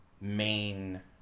main